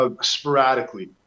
sporadically